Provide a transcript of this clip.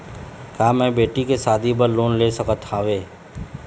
का मैं बेटी के शादी बर लोन ले सकत हावे?